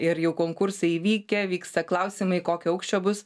ir jau konkursai įvykę vyksta klausimai kokio aukščio bus